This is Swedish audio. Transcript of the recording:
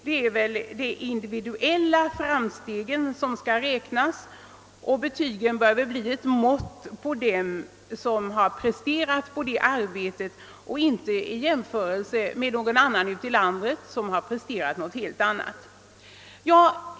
Det är väl de individuella framstegen som skall räknas, och betygen bör vara ett mått på dem och inte innefatta en jämförelse med någon annan elev ute i landet som har presterat någonting helt annat.